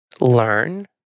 learn